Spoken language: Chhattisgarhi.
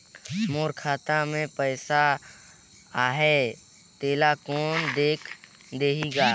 मोर खाता मे पइसा आहाय तेला कोन देख देही गा?